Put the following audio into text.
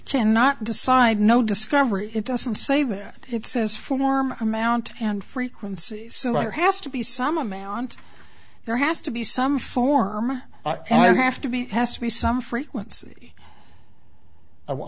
cannot decide no discovery it doesn't say that it says form amount and frequency so what has to be some amount there has to be some form and there have to be has to be some frequency i